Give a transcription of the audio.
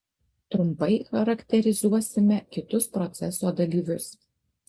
trumpai charakterizuosime kitus proceso dalyvius